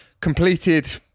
completed